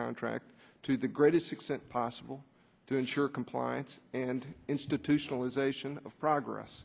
contract to the greatest extent possible to ensure compliance and institutionalization of progress